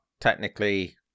technically